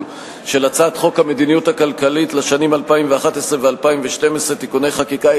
של הצעת חוק המדיניות הכלכלית לשנים 2011 ו-2012 (תיקוני חקיקה),